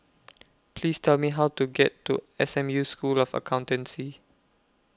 Please Tell Me How to get to S M U School of Accountancy